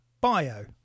Bio